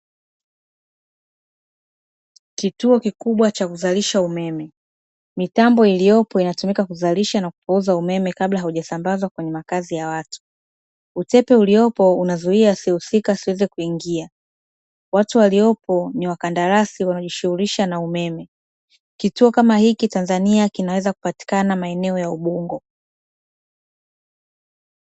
Kituo kikubwa cha kuzalisha umeme, mitambo iliyopo inatumika kuzalisha na kupooza umeme kabla haujasambazwa kwenye makazi ya watu. Utepe uliopo unazuia asiyehusika asiweze kuingia. Watu waliopo ni wakandarasi wanaojishughulisha na umeme. Kituo kama hiki Tanzania kinaweza kupatikana maeneo ya Ubungo.